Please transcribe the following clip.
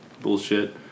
bullshit